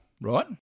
right